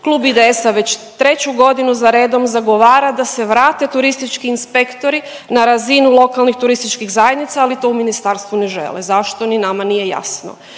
Klub IDS-a već treću godinu za redom zagovara da se vrate turistički inspektori na razinu lokalnih turističkih zajednica, ali to u ministarstvu ne žele. Zašto? Ni nama nije jasno.